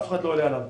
אף אחד לא עולה עליו.